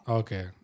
okay